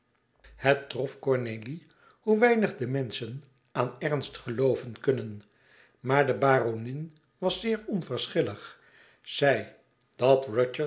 het trof cornélie hoe weinig de menschen aan ernst gelooven kunnen maar de baronin was zeer onverschillig zei dat